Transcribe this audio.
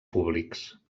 públics